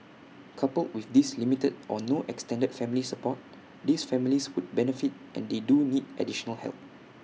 coupled with this limited or no extended family support these families would benefit and they do need additional help